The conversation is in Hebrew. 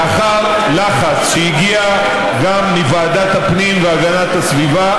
לאחר לחץ שהגיע גם מוועדת הפנים והגנת הסביבה,